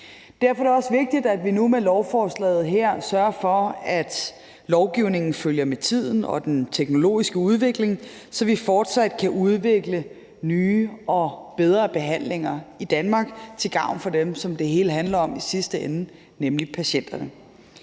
Derfor er det også vigtigt, at vi nu med lovforslaget her sørger for, at lovgivningen følger med tiden og den teknologiske udvikling, så vi fortsat kan udvikle nye og bedre behandlinger i Danmark til gavn for dem, som det hele handler om i sidste ende, nemlig patienterne.